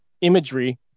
imagery